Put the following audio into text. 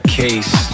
case